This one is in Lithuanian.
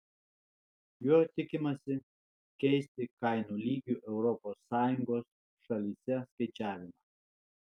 juo tikimasi keisti kainų lygių europos sąjungos šalyse skaičiavimą